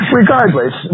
regardless